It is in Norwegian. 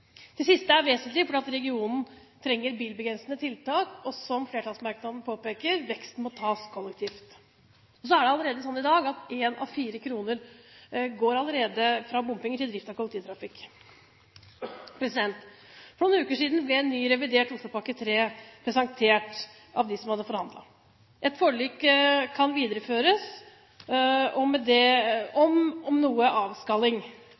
Det siste er vesentlig, fordi regionen trenger bilbegrensende tiltak, og – som flertallsmerknaden påpeker – veksten må tas kollektivt. Så er det sånn i dag at en av fire kroner allerede går fra bompenger til drift av kollektivtrafikk. For noen uker siden ble en ny, revidert Oslopakke 3 presentert av dem som hadde forhandlet. Et forlik kan videreføres, om enn med noe avskalling.